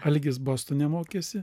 algis bostone mokėsi